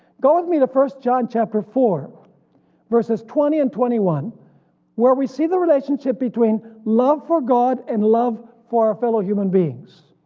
go with me to first john chapter four verses twenty and twenty one where we see the relationship between love for god and love for our fellow human beings.